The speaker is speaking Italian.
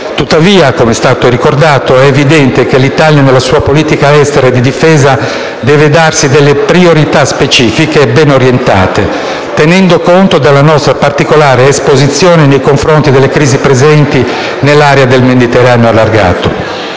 Tuttavia, com'è stato ricordato, è evidente che l'Italia nella sua politica estera e di difesa deve darsi priorità specifiche e bene orientate, tenendo conto della nostra particolare esposizione nei confronti delle crisi presenti nell'area del Mediterraneo allargato.